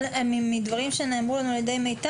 אבל מדברים שנאמרו לנו על ידי מיטל,